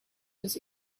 was